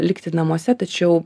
likti namuose tačiau